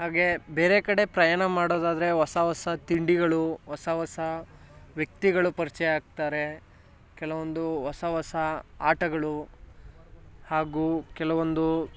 ಹಾಗೇ ಬೇರೆ ಕಡೆ ಪ್ರಯಾಣ ಮಾಡೋದಾದರೆ ಹೊಸ ಹೊಸ ತಿಂಡಿಗಳು ಹೊಸ ಹೊಸ ವ್ಯಕ್ತಿಗಳು ಪರಿಚಯ ಆಗ್ತಾರೆ ಕೆಲವೊಂದು ಹೊಸ ಹೊಸ ಆಟಗಳು ಹಾಗೂ ಕೆಲವೊಂದು